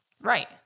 Right